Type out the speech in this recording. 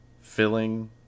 filling